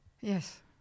Yes